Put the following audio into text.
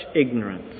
ignorance